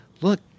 look